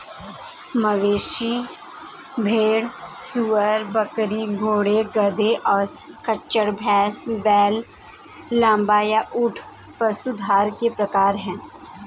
मवेशी, भेड़, सूअर, बकरी, घोड़े, गधे, और खच्चर, भैंस, बैल, लामा, या ऊंट पशुधन के प्रकार हैं